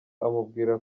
amubwira